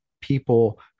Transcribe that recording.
people